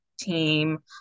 team